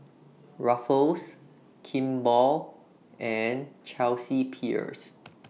Ruffles Kimball and Chelsea Peers